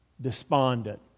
despondent